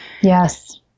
Yes